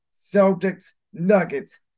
Celtics-Nuggets